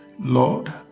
Lord